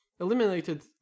eliminated